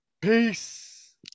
Peace